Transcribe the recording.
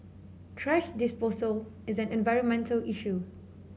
thrash disposal is an environmental issue